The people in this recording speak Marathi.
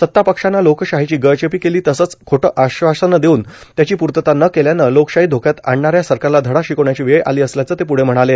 सत्तापक्षानं लोकशाहीची गळचेपी केली तसंच खोटी आश्वासनं देऊन त्यांची पूर्तता न केल्यानं लोकशाही धोक्यात आणणाऱ्या सरकारला धडा शिकविण्याची वेळ आली असल्याचं ते पुढं म्हणाले